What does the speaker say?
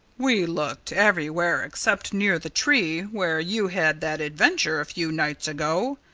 we looked everywhere except near the tree where you had that adventure a few nights ago.